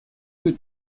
que